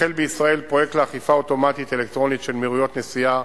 החל בישראל פרויקט לאכיפה אוטומטית אלקטרונית של מהירויות נסיעה